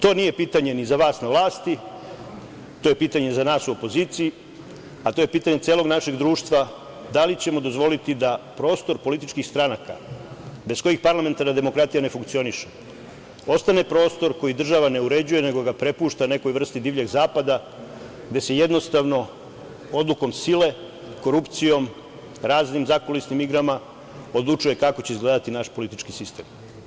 To nije pitanje za vas na vlasti, to je pitanje za nas u opoziciji, a to je pitanje celog našeg društva da li ćemo dozvoliti da prostor političkih stranaka, bez kojih parlamentarna demokratija ne funkcioniše, ostane prostor koji država ne uređuje, nego ga prepušta nekoj vrsti divljeg zapada, gde se jednostavno odlukom sile, korupcijom, raznim zakulisnim igrama odlučuje kako će izgledati naš politički sistem.